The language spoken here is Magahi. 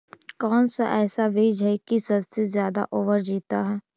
कौन सा ऐसा बीज है की सबसे ज्यादा ओवर जीता है?